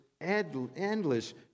endless